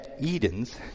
Edens